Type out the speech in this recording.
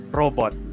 robot